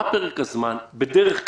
מה פרק הזמן בדרך כלל,